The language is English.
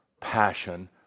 passion